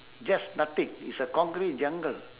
just nothing it's a concrete jungle